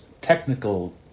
technical